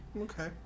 okay